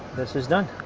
this is done